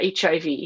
HIV